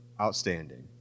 outstanding